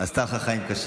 היא עשתה לי חיים קשים,